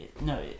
no